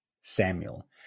Samuel